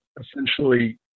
essentially